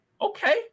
okay